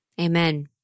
Amen